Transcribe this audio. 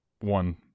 one